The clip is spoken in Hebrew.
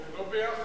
לא יחד?